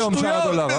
הוא ירד היום, שער הדולר.